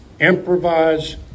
Improvise